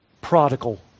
Prodigal